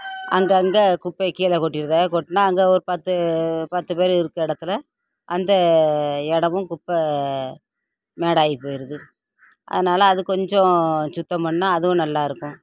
அங்கங்கே குப்பை கீழே கொட்டிடுறத கொட்டினா அங்கே ஒரு பத்து பத்து பேரு இருக்கிற இடத்துல அந்த இடமும் குப்பை மேடாகி போயிடுது அதனால அது கொஞ்சம் சுத்தம் பண்ணிணா அதுவும் நல்லாயிருக்கும்